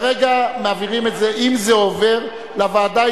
אם זה עובר מעבירים את זה לוועדה והיא